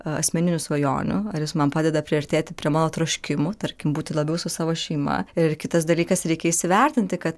asmeninių svajonių ar jis man padeda priartėti prie mano troškimų tarkim būti labiau su savo šeima ir kitas dalykas reikia įsivertinti kad